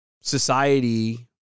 society